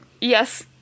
yes